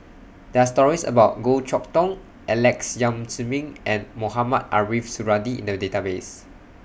There Are stories about Goh Chok Tong Alex Yam Ziming and Mohamed Ariff Suradi in The Database